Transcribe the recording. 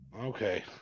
Okay